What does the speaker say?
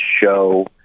show